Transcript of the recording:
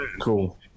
cool